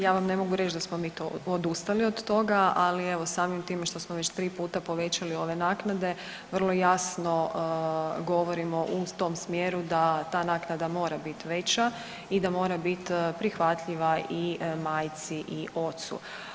Ja vam ne mogu reć da smo mi odustali od toga, ali evo samim time što smo već tri puta povećali ove naknade vrlo jasno govorimo u tom smjeru da ta naknada mora bit veća i da mora bit prihvatljiva i majci i ocu.